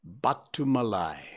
Batumalai